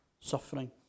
Suffering